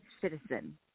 citizen